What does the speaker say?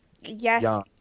yes